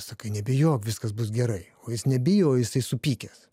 sakai nebijok viskas bus gerai o jis nebijo o jisai supykęs